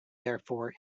therefore